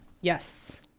yes